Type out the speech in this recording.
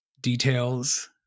details